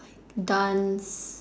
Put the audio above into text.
done